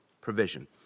provision